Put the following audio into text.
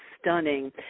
stunning